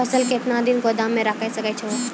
फसल केतना दिन गोदाम मे राखै सकै छौ?